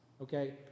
okay